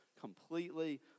completely